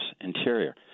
interior